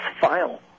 file